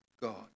god